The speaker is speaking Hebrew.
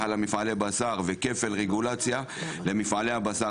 על מפעלי הבשר וכפל רגולציה למפעלי הבשר.